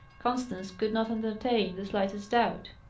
constance could not entertain the slightest doubt.